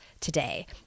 today